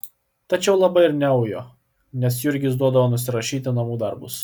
tačiau labai ir neujo nes jurgis duodavo nusirašyti namų darbus